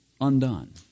undone